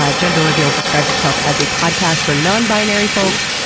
ah gender reveal describes itself as a podcast for non-binary folks,